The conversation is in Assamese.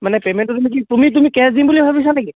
মানে পে'মেণ্টটো তুমি তুমি কেছ দিম বুলি ভাবিছা নে কি